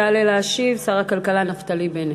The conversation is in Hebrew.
יעלה להשיב שר הכלכלה נפתלי בנט,